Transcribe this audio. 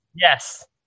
Yes